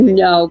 no